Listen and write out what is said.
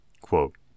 Quote